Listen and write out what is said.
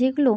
যেগুলো